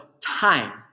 time